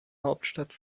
hauptstadt